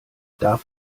darf